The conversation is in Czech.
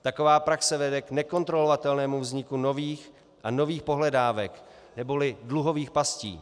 Taková praxe vede k nekontrolovatelnému vzniku nových a nových pohledávek neboli dluhových pastí.